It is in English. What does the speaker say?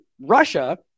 Russia